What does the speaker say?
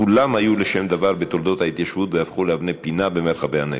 כולם היו לשם דבר בתולדות ההתיישבות והפכו לאבני פינה במרחבי הנגב.